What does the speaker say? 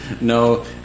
No